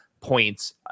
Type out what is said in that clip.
points